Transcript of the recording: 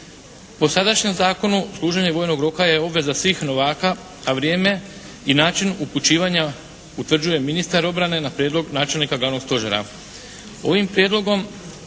Po sadašnjem zakonu služenje vojnog roka je obveza svih novaka, a vrijeme i način upućivanja utvrđuje ministar obrane na prijedlog načelnika glavnog stožera.